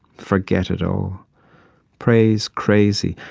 forget it all praise crazy.